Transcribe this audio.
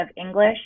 English